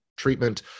treatment